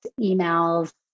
emails